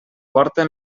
porta